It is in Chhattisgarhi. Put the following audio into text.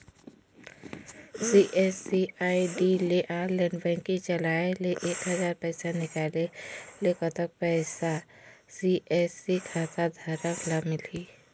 सी.एस.सी आई.डी ले ऑनलाइन बैंकिंग चलाए ले एक हजार पैसा निकाले ले कतक पैसा सी.एस.सी खाता धारक ला मिलही?